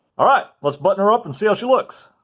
all right, let's button her up and see how she looks.